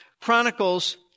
Chronicles